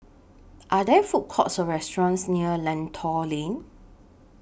Are There Food Courts Or restaurants near Lentor Lane